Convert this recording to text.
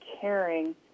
caring